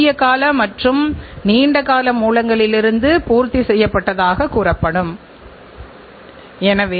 உதாரணமாக நீங்கள் மின்னணுத் தொழில் அல்லது இரண்டு சக்கர வாகனத் தொழில் பற்றிப் பேசினால் எளிதாக புரிந்து கொள்ள முடியும்